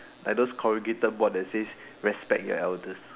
like those corrugated board that says respect the elders